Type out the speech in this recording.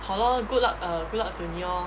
好 lor good luck err good luck to 你 lor